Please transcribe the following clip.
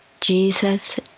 Jesus